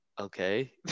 Okay